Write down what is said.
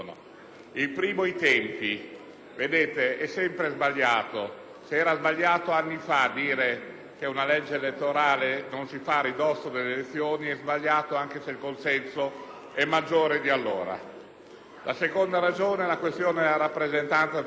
se era sbagliato anni fa dire che una legge elettorale non si fa a ridosso delle elezioni è sbagliato anche se il consenso è maggiore di allora. La seconda ragione è la questione della rappresentanza femminile e di genere, come hanno sostenuto peraltro,